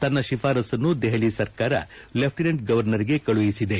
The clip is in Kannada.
ತನ್ನ ಶಿಫಾರಸ್ಸನ್ನು ದೆಹಲಿ ಸರ್ಕಾರ ಲೆಫ್ಟಿನೆಂಟ್ ಗವರ್ನರ್ಗೆ ಕಳುಹಿಸಿದೆ